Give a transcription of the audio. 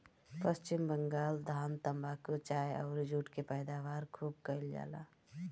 पश्चिम बंगाल धान, तम्बाकू, चाय अउरी जुट के पैदावार खूब कईल जाला